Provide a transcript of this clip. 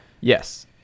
Yes